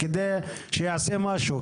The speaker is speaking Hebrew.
על מנת שייעשה משהו.